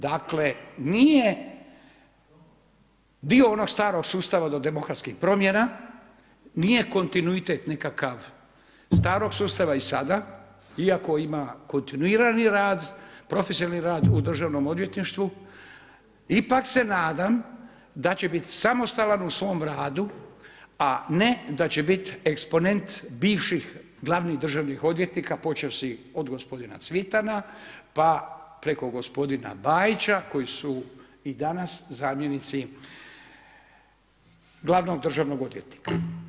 Dakle, nije dio onog starog sustava do demokratskih promjena, nije kontinuitet nekakav starog sustava i sada, iako ima kontinuirani rad, profesionalni rad u državnom odvjetništvu, ipak se nadam da će biti samostalan u svom radu, a ne da će biti eksponent bivših glavnih državnih odvjetnika, počevši od gospodina Cvitana, pa preko gospodina Bajića koji su i danas zamjenici glavnog državnog odvjetnika.